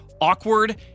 awkward